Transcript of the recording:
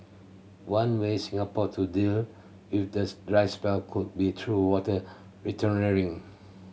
one way Singapore to deal with this dry spell could be through water